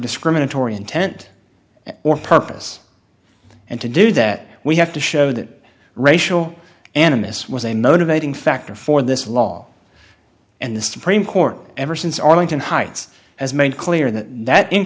discriminatory intent or purpose and to do that we have to show that racial animus was a motivating factor for this law and the supreme court ever since arlington heights has made clear that that